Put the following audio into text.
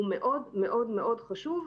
הוא מאוד-מאוד חשוב.